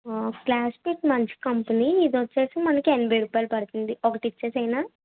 plastic మంచి company ఇది వచ్చి మనకి ఎనభై రూపాయలు పడుతుంది ఒకటి ఇచ్చేయనా